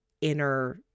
inner